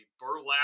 burlap